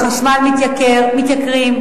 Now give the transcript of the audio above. החשמל מתייקר,